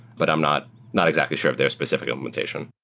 but i'm not not exactly sure of their specific implementation.